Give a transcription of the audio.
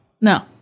No